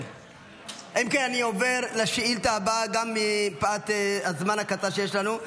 אני עובר לשאילתה הבאה גם מפאת הזמן הקצר שיש לנו.